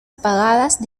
apagadas